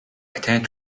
attend